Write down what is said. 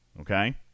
Okay